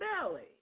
belly